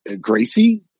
Gracie